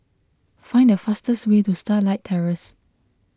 find the fastest way to Starlight Terrace